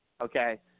okay